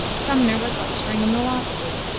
sumner was lecturing in the law school.